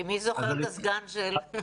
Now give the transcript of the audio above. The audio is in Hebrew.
כי מי זוכר את הסגן של?